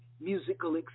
musical